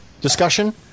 discussion